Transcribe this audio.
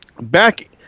Back